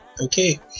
Okay